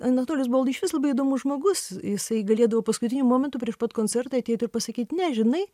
anatolijus buvo išvis labai įdomus žmogus jisai galėdavo paskutiniu momentu prieš pat koncertą ateit ir pasakyt ne žinai